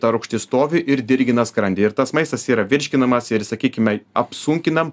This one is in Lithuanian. ta rūgštis stovi ir dirgina skrandį ir tas maistas yra virškinamas ir sakykime apsunkinam